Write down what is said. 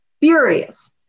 furious